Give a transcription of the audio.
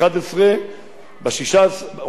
בנובמבר, אומרים בשש-עשרה או בשישה-עשר?